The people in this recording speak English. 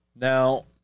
Now